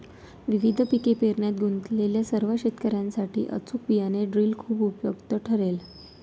विविध पिके पेरण्यात गुंतलेल्या सर्व शेतकर्यांसाठी अचूक बियाणे ड्रिल खूप उपयुक्त ठरेल